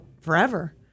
forever